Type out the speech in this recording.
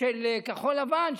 של כחול לבן,